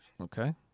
Okay